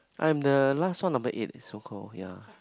I'm the last one number eight it's so called yea